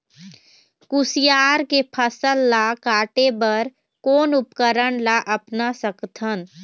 कुसियार के फसल ला काटे बर कोन उपकरण ला अपना सकथन?